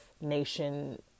nation